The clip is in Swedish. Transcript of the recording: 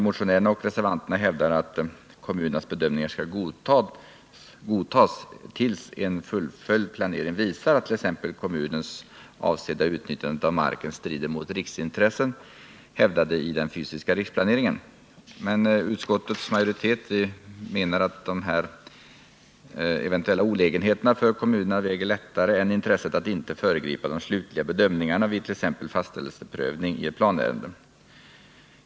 Motionärerna och reservanterna hävdar emellertid att kommunens bedömningar skall godtas tills en fullföljd planering visar att kommunens avsedda utnyttjande av marken strider mot riksintressen, hävdade i den fysiska riksplaneringen. Utskottets majoritet menar att de eventuella olägenheterna för kommunen i regel väger lättare än intresset att inte principiellt föregripa de slutliga bedömningarna vid t.ex. en fastställelseprövning i planärenden.